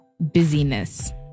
busyness